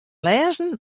lêzen